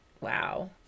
wow